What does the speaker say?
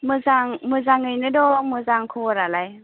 मोजां मोजाङैनो दं मोजां खब'रालाय